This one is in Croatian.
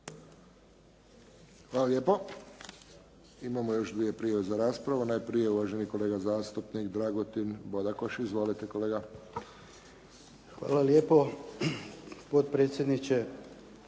Hvala lijepo. Imamo još dvije prijave za raspravu. Najprije uvaženi kolega zastupnik Dragutin Bodakoš. Izvolite kolega. **Bodakoš, Dragutin